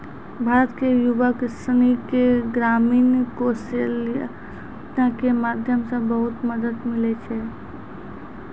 भारत के युवक सनी के ग्रामीण कौशल्या योजना के माध्यम से बहुत मदद मिलै छै